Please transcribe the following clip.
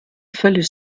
völlig